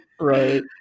right